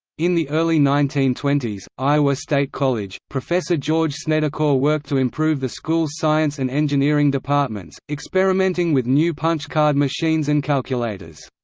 in the early nineteen twenty s, iowa state college, professor george snedecor worked to improve the school's science and engineering departments, experimenting with new punch-card machines and calculators.